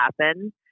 happen